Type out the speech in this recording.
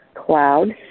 CLOUD